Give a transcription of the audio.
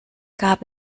gab